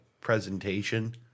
presentation